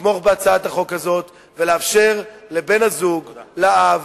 לתמוך בהצעת החוק הזאת ולאפשר לבן-הזוג, לאב,